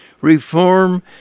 reform